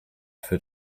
für